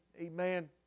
Amen